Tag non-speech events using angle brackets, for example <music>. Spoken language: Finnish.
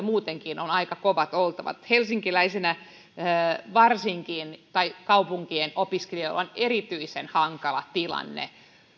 <unintelligible> muutenkin on aika kovat oltavat varsinkin helsingin tai kaupunkien opiskelijoilla on erityisen hankala tilanne